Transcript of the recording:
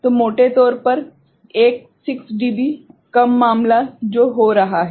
तो मोटे तौर पर एक 6 डीबी कम मामला जो हो रहा है